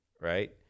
Right